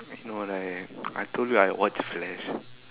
no like I told you I watch Flash